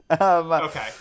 Okay